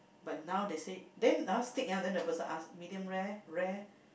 but now they say then uh steak ah then the person ask medium rare rare